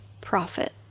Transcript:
profit